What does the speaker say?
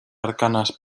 arcanas